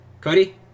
Cody